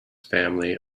family